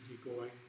easygoing